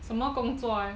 什么工作 eh